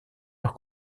leur